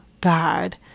God